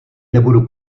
nebudu